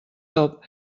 top